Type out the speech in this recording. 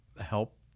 help